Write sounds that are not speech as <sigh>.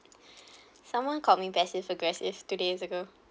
<breath> someone called me passive aggressive two days ago